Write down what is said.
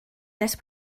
nes